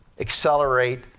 accelerate